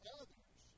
others